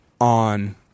on